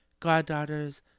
goddaughters